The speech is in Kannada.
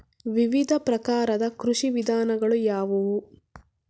ವಿವಿಧ ಪ್ರಕಾರದ ಕೃಷಿ ವಿಧಾನಗಳು ಯಾವುವು?